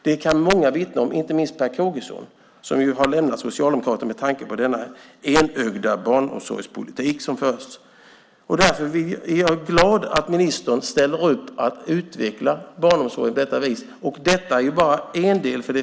Det kan många vittna om, inte minst Per Kågesson, som ju lämnade Socialdemokraterna med tanke på den enögda barnomsorgspolitik som förs. Jag är glad över att ministern ställer upp på att utveckla barnomsorgen på detta vis. Detta är bara en del.